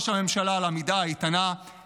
תודה, ראש הממשלה, על העמידה האיתנה.